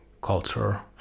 culture